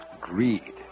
greed